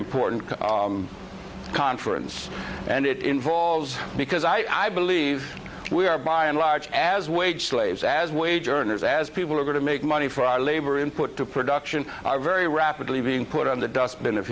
important conference and it involves because i believe we are by and large as wage slaves as wage earners as people are going to make money for our labor input to production are very rapidly being put on the dustbin of